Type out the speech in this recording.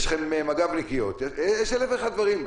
יש לכם מג"בניקיות, יש אלף ואחד דברים.